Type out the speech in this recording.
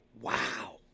Wow